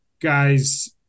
guys